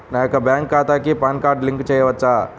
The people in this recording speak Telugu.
నా యొక్క బ్యాంక్ ఖాతాకి పాన్ కార్డ్ లింక్ చేయవచ్చా?